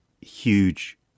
huge